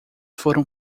foram